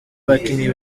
bakinnyi